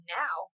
now